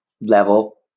level